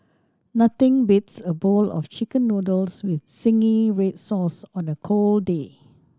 nothing beats a bowl of Chicken Noodles with zingy red sauce on a cold day